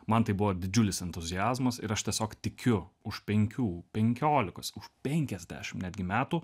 man tai buvo didžiulis entuziazmas ir aš tiesiog tikiu už penkių penkiolikos už penkiasdešim netgi metų